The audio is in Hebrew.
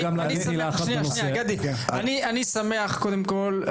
אני שמח קודם כל,